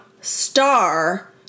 star